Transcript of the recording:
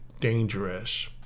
dangerous